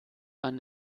man